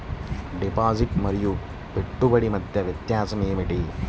Deposit మరియు పెట్టుబడి మధ్య వ్యత్యాసం ఏమిటీ?